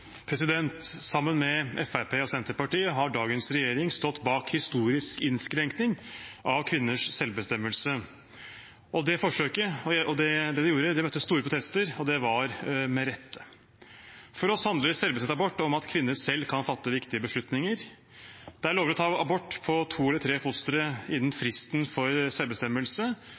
minutt. Sammen med Fremskrittspartiet og Senterpartiet har dagens regjering stått bak en historisk innskrenkning av kvinners selvbestemmelse. Det de gjorde, møtte store protester, og det var med rette. For oss handler selvbestemt abort om at kvinner selv kan fatte viktige beslutninger. Det er lovlig å ta abort på to eller tre fostre innen fristen for